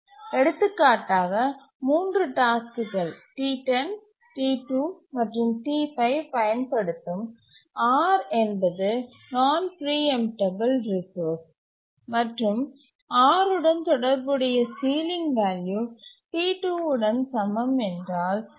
எடுத்துக்காட்டாக மூன்று டாஸ்க்குகள் T10 T2 மற்றும் T5 பயன்படுத்தும் R என்பது நான் பிரீஎம்டபல் ரிசோர்ஸ் மற்றும் R உடன் தொடர்புடைய சீலிங் வேல்யூ T2 உடன் சமம் என்றால்